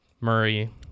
Murray